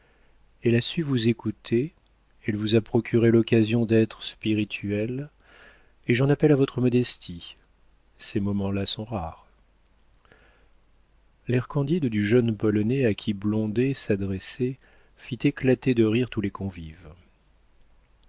elle a su vous écouter elle vous a procuré l'occasion d'être spirituel et j'en appelle à votre modestie ces moments-là sont rares l'air candide du jeune polonais à qui blondet s'adressait fit éclater de rire tous les convives